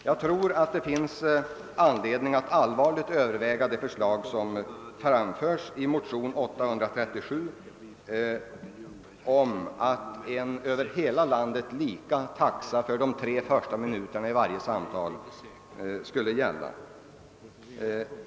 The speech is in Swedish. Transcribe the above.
Jag tror att det finns anledning att allvarligt överväga det förslag som framförs i motion II: 837 om en över hela landet gemensam taxa för de tre första minuterna av varje telefonsamtal.